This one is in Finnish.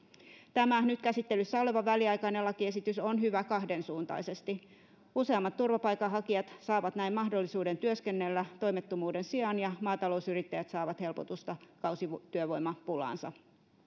tämä nyt käsittelyssä oleva väliaikainen lakiesitys on hyvä kahdensuuntaisesti useammat turvapaikanhakijat saavat näin mahdollisuuden työskennellä toimettomuuden sijaan ja maatalousyrittäjät saavat helpotusta kausityövoimapulaansa